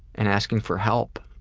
and asking for help,